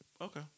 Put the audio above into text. Okay